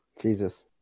Jesus